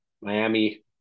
Miami